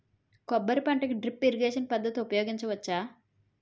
కొబ్బరి పంట కి డ్రిప్ ఇరిగేషన్ పద్ధతి ఉపయగించవచ్చా?